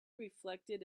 reflected